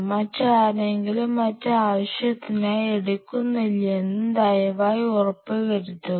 മറ്റാരെങ്കിലും മറ്റ് ആവശ്യത്തിനായി എടുക്കുന്നില്ലെന്നും ദയവായി ഉറപ്പുവരുത്തുക